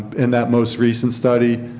in that most recent study,